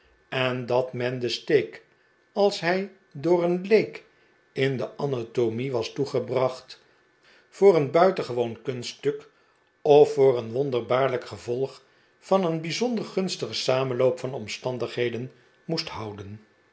en dat men den steek als hij door een leek in de anatomie was toegebracht voor een buitengewoon kunststuk of voor een wonderbaarlijk gevolg van een bijzonder gunstigen samenloop van omstandigheden moest houden